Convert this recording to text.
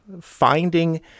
finding